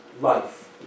life